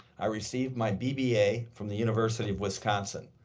i received my bba from the university of wisconsin,